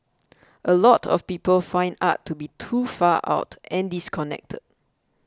a lot of people find art to be too far out and disconnected